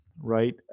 right